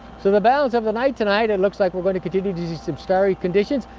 so the balance of the night tonight, it looks like we're going to continue to see some starry conditions,